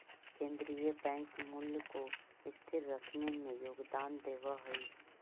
केन्द्रीय बैंक मूल्य को स्थिर रखने में योगदान देवअ हई